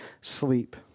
sleep